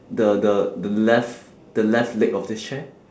the the the left the left leg of this chair